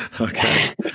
Okay